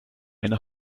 eine